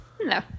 No